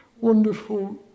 wonderful